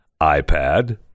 iPad